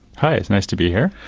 hi, it's nice to be here.